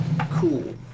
Cool